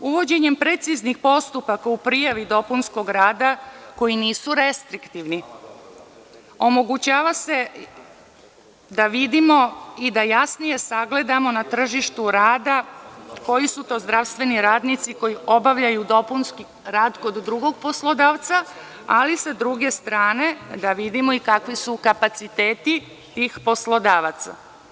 Uvođenjem preciznih postupaka u prijavi dopunskog rada koji nisu restriktivni, omogućava se da vidimo i da jasnije sagledamo na tržištu rada koji su to zdravstveni radnici koji obavljaju dopunski rad kod drugog poslodavca, ali sa druge strane, da vidimo i kakvi su kapaciteti tih poslodavaca.